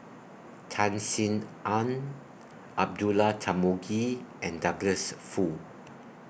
Tan Sin Aun Abdullah Tarmugi and Douglas Foo